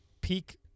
peak